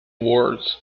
words